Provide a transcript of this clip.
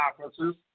conferences